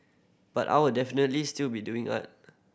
but I'll definitely still be doing art